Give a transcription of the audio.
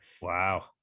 Wow